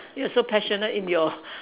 you're so passionate in your